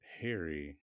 harry